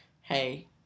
hey